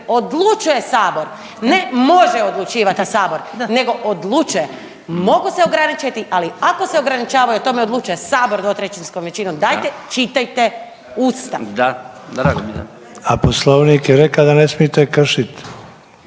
odlučuje sabor, ne može odlučivati sabor, nego odlučuje. Mogu se ograničiti, ali ako se ograničavaju o tome odlučuje sabor 2/3 većinom dajte čitajte Ustav. …/Upadica: Da, drago mi je./…